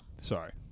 Sorry